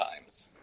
times